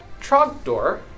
Trogdor